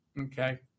Okay